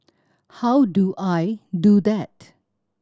how do I do that